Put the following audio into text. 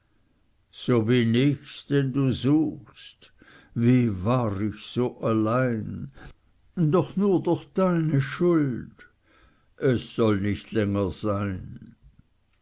so bin ich's den du suchst wie war ich so allein doch nur durch deine schuld es soll nicht länger sein